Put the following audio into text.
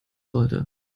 sollte